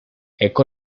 eco